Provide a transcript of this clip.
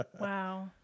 Wow